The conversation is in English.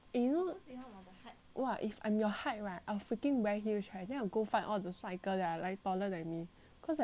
!wah! if I'm your height right I will freaking wear heels right then I will go find all the 帅哥 that are like taller than me cause have so much more choices